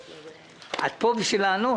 את פה בשביל לענות.